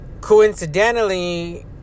Coincidentally